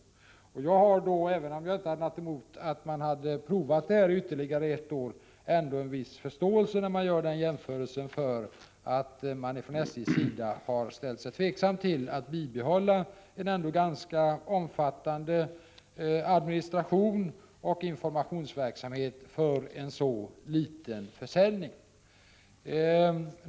Även om jag inte hade haft något emot att man provat ungdomsresekortet ytterligare ett år har jag ändå viss förståelse för när SJ mot bakgrund av den här jämförelsen ställt sig tveksamt till att bibehålla en ändå ganska omfattande administrationsoch informationsverksamhet för en så liten försäljning.